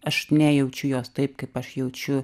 aš nejaučiu jos taip kaip aš jaučiu